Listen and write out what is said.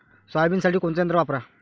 सोयाबीनसाठी कोनचं यंत्र वापरा?